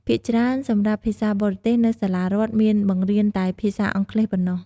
ភាគច្រើនសម្រាប់ភាសាបរទេស នៅសាលារដ្ឋមានបង្រៀនតែភាសាអង់គ្លេសប៉ុណ្ណោះ។